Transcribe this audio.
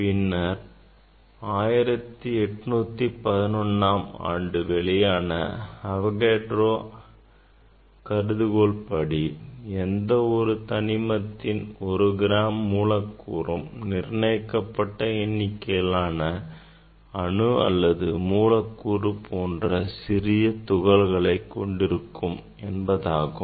பின்னர் 1811 ஆம் ஆண்டு வெளியான Avagadro கருதுகோள் படி எந்த ஒரு தனிமத்தின் ஒரு கிராம் மூலக்கூறும் நிர்ணயிக்கப்பட்ட எண்ணிக்கையிலான அணு அல்லது மூலக்கூறு போன்ற சிறிய துகள்களை கொண்டிருக்கும் என்பதாகும்